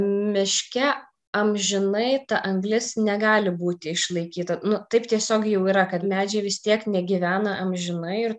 miške amžinai ta anglis negali būti išlaikyta nu taip tiesiog jau yra kad medžiai vis tiek negyvena amžinai ir